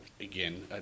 again